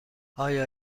آیا